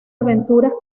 aventuras